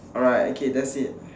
alright okay that's it